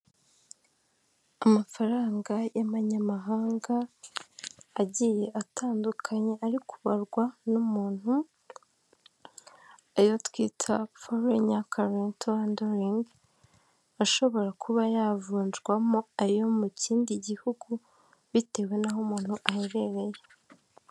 Amafaranga y'amanyamahanga agiye atandukanye ari kubarwa n'umuntu ayo twita foreigner current handling ashobora kuba yavunjwamo ayo mu kindi gihugu bitewe n'aho umuntu aherereye.